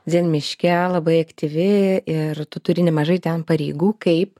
dzen miške labai aktyvi ir tu turi nemažai ten pareigų kaip